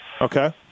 Okay